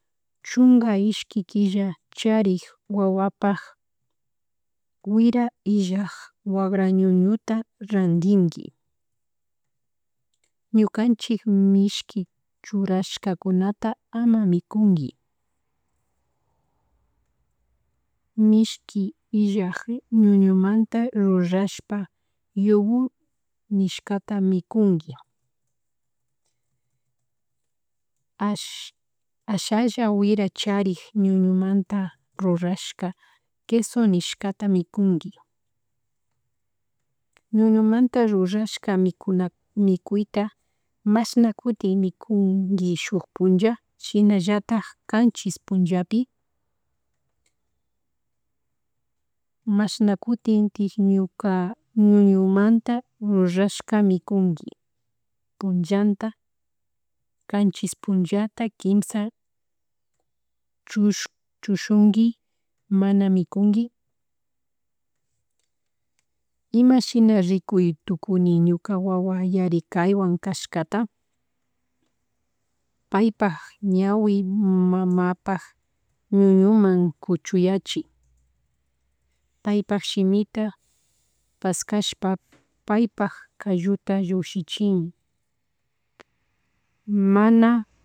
Chunka ishki killa charik wawapak wira illak wagra ñuñuta rantinki, ñukanchik mishki churashkata ama mikunki, mishki illak ñuñumanta rurashpa yogurt nishkata mikunki, ashalla wira charik ñuñumanta rurashka queso nishkata mikunki, ñuñumanta rurashka mikuna mikuyta mashnakutin mikunki shuk puncha, shinallatak kanchis punchapi, mashnakutintik ñuka ñuñumanta rrurashka mikunki, punllanta, kanchis punllata kimsa chushunki mana mikunki, ima shina rikuytukuni ñuka wawa yarikaywan cashkata, pay pak ñawi mamapak ñuñuman kuchuyachi, pay pak shimita paskashpa paypak kalluta shukshichin mana